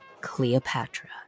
Cleopatra